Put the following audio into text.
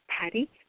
Patty